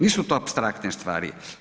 Nisu to apstraktne stvari.